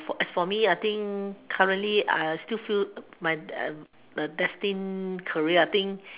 as for me I think currently I still feel my destine career I think